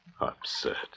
Absurd